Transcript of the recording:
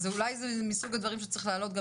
אז אולי זה מסוג הדברים שצריך לעלות גם